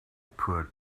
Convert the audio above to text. put